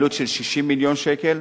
עלות של 60 מיליון שקל.